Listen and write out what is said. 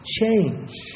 change